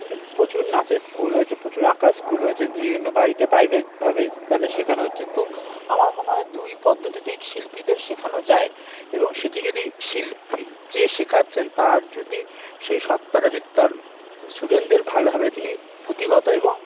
প্রচুর নাচের স্কুল হয়েছে প্রচুর আঁকার স্কুল হয়েছে বিভিন্ন বাড়িতে প্রাইভেটভাবে তাদের শেখানো হচ্ছে তো আমার মনে হয় দুই পদ্ধতিতেই শিল্পীদের শেখানো যায় এবং সেটি যদি শিল্পী যে শেখাচ্ছেন তার যদি সেই সত্তাটা যদি তার স্টুডেন্টদের ভালোভাবে তিনি পুঁথিগত এবং